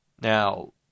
Now